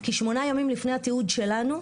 כי שמונה ימים לפני התיעוד שלנו,